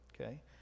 okay